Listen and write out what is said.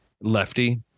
lefty